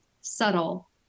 subtle